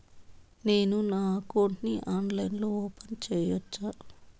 నేను నా అకౌంట్ ని ఆన్లైన్ లో ఓపెన్ సేయొచ్చా?